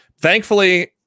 thankfully